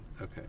Okay